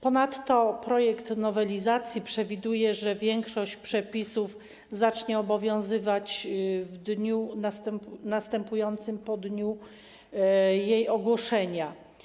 Ponadto projekt nowelizacji ustawy przewiduje, że większość przepisów zacznie obowiązywać w dniu następującym po dniu jej ogłoszenia.